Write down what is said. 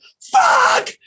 Fuck